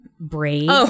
braid